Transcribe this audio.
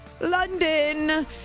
London